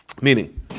Meaning